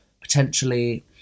potentially